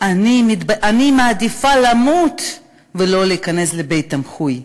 אני מעדיפה למות ולא להיכנס לבית-תמחוי,